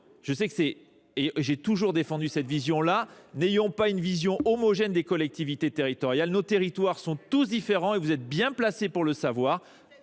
cousue main. J’ai toujours défendu cette idée : n’ayons pas une vision homogène des collectivités territoriales, car nos territoires sont tous différents, vous êtes bien placés pour le savoir,